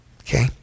Okay